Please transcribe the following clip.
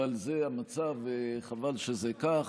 אבל זה המצב, וחבל שזה כך.